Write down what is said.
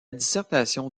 dissertation